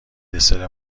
دسر